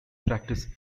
practice